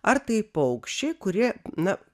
ar tai paukščiai kurie na